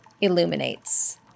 illuminates